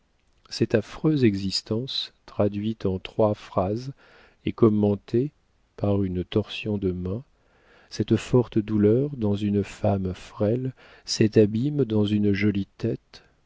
cette affreuse existence traduite en trois phrases et commentée par une torsion de main cette forte douleur dans une femme frêle cet abîme dans une jolie tête